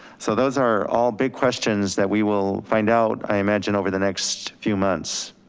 so those are all big questions that we will find out, i imagine over the next few months.